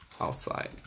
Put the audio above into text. outside